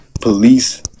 police